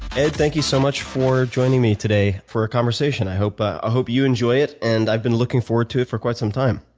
and thank you so much for joining me today for our conversation. i hope ah hope you enjoy it, and i've been looking forward it for quite some time.